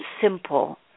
simple